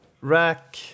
Rack